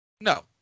No